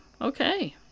okay